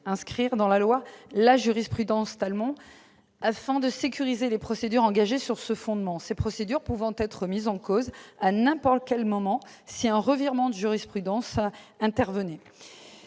inscrire la jurisprudence dans la loi, afin de sécuriser les procédures engagées sur ce fondement, ces procédures pouvant être mises en cause à n'importe quel moment si un revirement de jurisprudence intervenait.